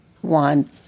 one